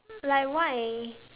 like why